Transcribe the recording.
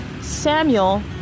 Samuel